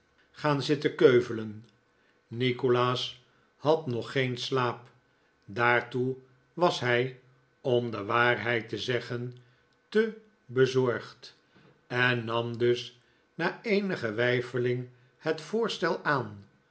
gaan zitten keuvelen nikolaas had nog geen slaap daartoe was hij om de waarheid te zeggen te bezorgd en nam dus na eenige weifeling het voorstel aan